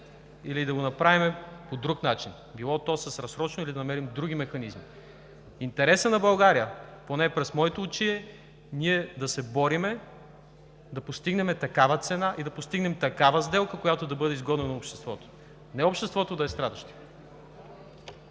или да го направим по друг начин – било то със разсрочване, или да намерим други механизми. Интересът на България, поне през моите очи, е ние да се борим да постигнем такава цена и да постигнем такава сделка, която да бъде изгодна на обществото, а не обществото да е страдащият!